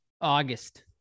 August